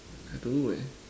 I don't know eh